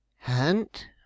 Hunt